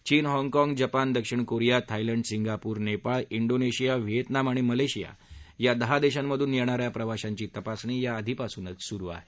चीन हाँगकाँग जपान दक्षिण Korea Thailand Singapore Nepal Indonesia Vietnam आणि मलेशिया या दहा देशांमधून येणाऱ्या प्रवाशांची तपासणी याआधीपासूनच सुरु आहे